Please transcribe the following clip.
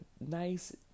nice